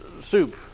soup